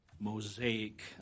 Mosaic